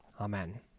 amen